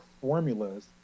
formulas